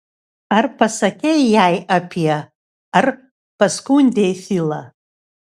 ar pasakei jai apie ar paskundei filą